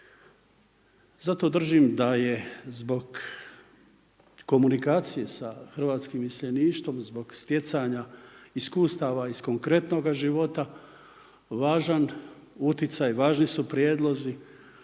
Zato držim da je zbog komunikacije sa hrvatskim iseljeništvom zbog stjecanja iskustava iz konkretnoga života važan utjecaj, važni su prijedlozi